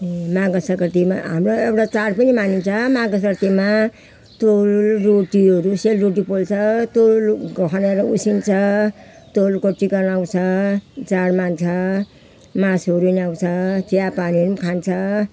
माघे सङ्क्रान्तिमा हाम्रो एउटा चाड पनि मानिन्छ माघे सङ्क्रान्तिमा तरुल रोटीहरू सेलरोटी पोल्छ तरुल खनेर उसिन्छ तरुलको टिका लगाउँछ चाड मान्छ मासुहरू पनि आउँछ चियापानी पनि खान्छ